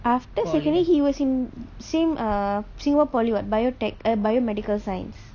after secondary he was in same err singapore poly what biotech err biomedical science